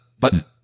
button